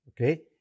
Okay